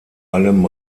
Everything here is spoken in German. allem